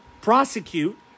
prosecute